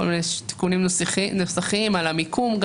כל מיני תיקונים נוסחיים גם על המיקום,